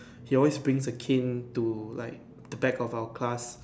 he always brings a cane to like the back of our class